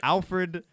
Alfred